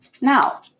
Now